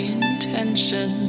intention